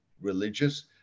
religious